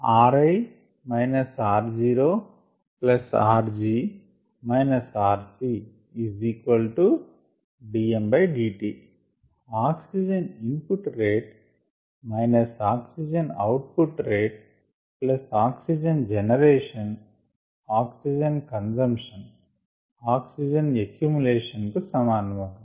ri rorg rcddt oxygen input rate minus oxygen output rate plus oxygen generation oxygen consumption oxygen accumulation కు సమానమగును